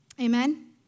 amen